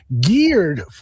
geared